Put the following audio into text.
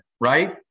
right